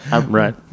right